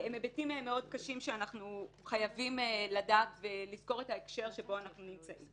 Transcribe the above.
הם מאוד קשים שאנחנו חייבים לדעת ולזכור את ה הקשר שבו אנחנו נמצאים.